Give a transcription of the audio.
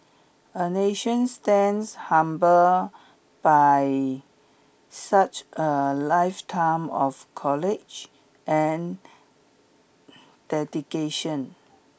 a nation stands humbled by such a lifetime of courage and dedication